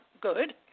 good